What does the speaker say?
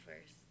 first